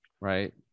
right